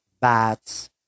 bats